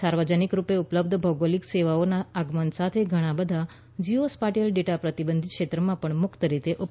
સાર્વજનિક રૂપે ઉપલબ્ધ ભૌગોલિક સેવાઓના આગમન સાથે ઘણા બધા જિઓ સ્પાટીઅલ ડેટા પ્રતિબંધિત ક્ષેત્રમાં પણ મુક્ત રીતે ઉપલબ્ધ થશે